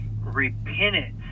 repentance